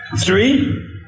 Three